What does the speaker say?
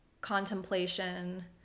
contemplation